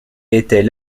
était